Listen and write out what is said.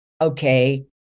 okay